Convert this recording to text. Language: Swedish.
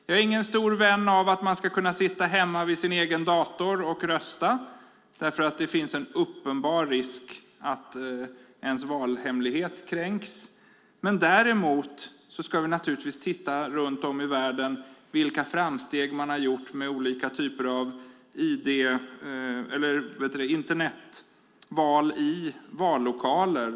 Jag är ingen stor vän av att man ska kunna sitta hemma vid sin egen dator och rösta eftersom det finns en uppenbar risk att valhemligheten kränks. Däremot ska vi naturligtvis titta på vilka framsteg man har gjort runt om i världen med olika typer av Internetval i vallokaler.